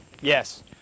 Yes